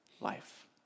life